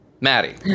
Maddie